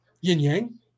yin-yang